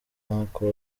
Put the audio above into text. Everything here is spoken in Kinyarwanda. uncle